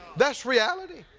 that's reality.